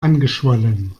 angeschwollen